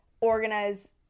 organize